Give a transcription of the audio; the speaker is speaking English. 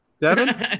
Devin